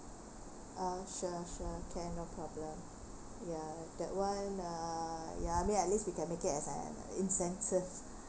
ah sure sure can no problem ya that [one] uh ya I mean at least we can make it as an in census